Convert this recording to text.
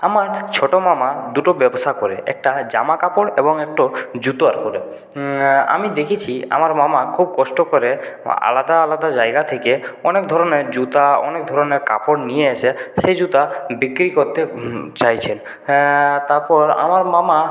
আমার ছোটোমামা দুটো ব্যবসা করে একটা জামা কাপড় এবং একটা জুতোর করে আমি দেখেছি আমার মামা খুব কষ্ট করে আলাদা আলাদা জায়গা থেকে অনেক ধরনের জুতা অনেক ধরনের কাপড় নিয়ে এসে সেই জুতা বিক্রি করতে চাইছেন হ্যাঁ তারপর আমার মামা